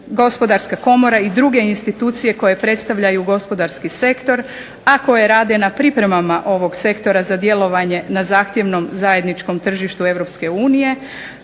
gospodarska komora i druge institucije koje predstavljaju gospodarski sektor, a koje rade na pripremama ovog sektora za djelovanje na zahtjevnom zajedničkom tržištu